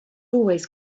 always